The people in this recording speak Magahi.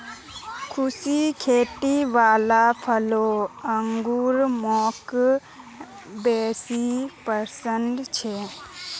सुखी खेती वाला फलों अंगूर मौक बेसी पसन्द छे